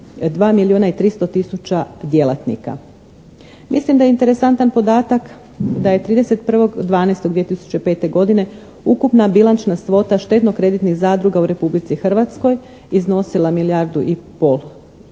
2 milijuna i 300 tisuća djelatnika. Mislim da je interesantan podatak da je 31.12.2005. godine ukupna bilančna svota štedno-kreditnih zadruga u Republici Hrvatskoj iznosila milijardu i pol